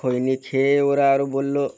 খৈনি খেয়ে ওরা আরো বললো